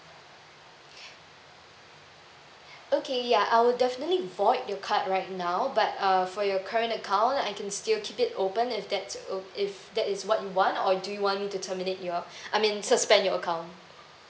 okay ya I will definitely void your card right now but uh for your current account I can still keep it open if that's o~ if that is what you want or do you want me to terminate your I mean suspend your account